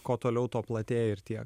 kuo toliau tuo platėja ir tiek